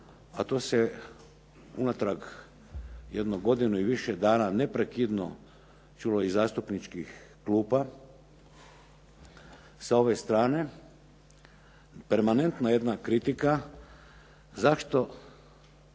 a to se unatrag jedno godinu i pol dana neprekidno čulo iz zastupničkih klupa, sa ove strane, permanentno jedna kritika zašto